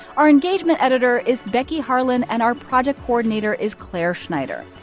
our engagement editor is becky harlan, and our project coordinator is claire schneider.